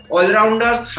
All-Rounders